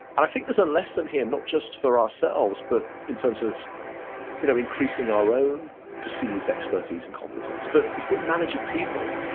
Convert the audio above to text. and i think there's a lesson here, not just for ourselves but in terms of you know increasing our own perceived expertise and competence. but if we're managing people,